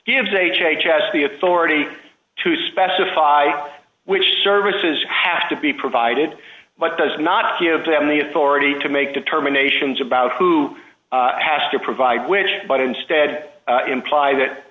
gives h h s the authority to specify which services have to be provided but does not give them the authority to make determinations about who has to provide which but instead imply that